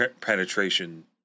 penetration